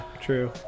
true